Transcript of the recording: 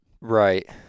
Right